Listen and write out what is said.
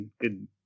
good